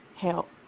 help